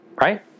right